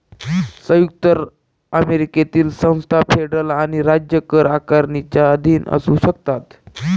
संयुक्त अमेरिकेतील संस्था फेडरल आणि राज्य कर आकारणीच्या अधीन असू शकतात